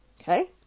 Okay